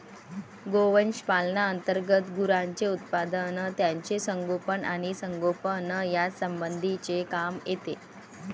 गोवंश पालना अंतर्गत गुरांचे उत्पादन, त्यांचे संगोपन आणि संगोपन यासंबंधीचे काम येते